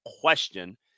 question